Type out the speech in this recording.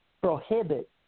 prohibit